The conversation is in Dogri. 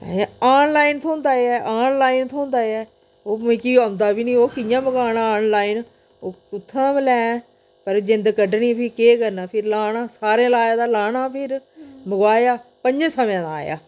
अहें आनलाइन थ्होंदा ऐ आनलाइन थ्होंदा ऐ ओह् मिगी औंदा बी नी ओह् कियां मंगाना आनलानन ओह् कुत्थुआं लैं पर जिंद कड्डनी बी केह् करना फिर लाना सारें लाए दा लाना फिर मंगोआया पंजे सवें दा आया